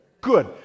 Good